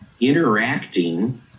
interacting